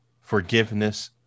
forgiveness